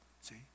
See